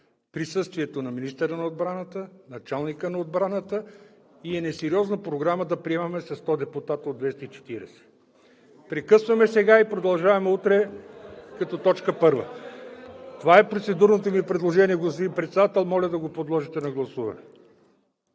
присъствие на министъра на отбраната, началника на отбраната и е несериозно да приемаме Програма със 100 депутати от 240. Прекъсваме сега и продължаваме утре като точка първа. (Шум и реплики.) Това е процедурното ми предложение, господин Председател, моля да го подложите на гласуване.